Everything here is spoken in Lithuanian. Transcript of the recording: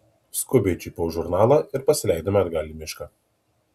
skubiai čiupau žurnalą ir pasileidome atgal į mišką